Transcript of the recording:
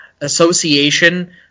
association